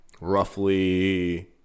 roughly